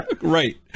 Right